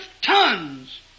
tons